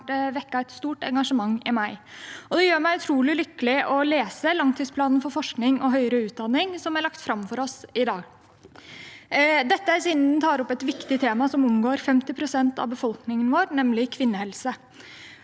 som har vekket et stort engasjement i meg personlig. Det gjør meg utrolig lykkelig å lese langtidsplanen for forskning og høyere utdanning som er lagt fram for oss i dag, siden den tar opp et viktig tema som angår 50 pst. av befolkningen vår, nemlig kvinnehelse.